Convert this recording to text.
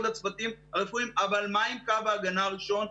לצוותים הרפואיים אבל מה עם קו ההגנה הראשון,